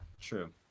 True